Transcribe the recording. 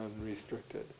unrestricted